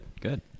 Good